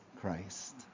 Christ